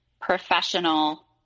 professional